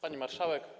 Pani Marszałek!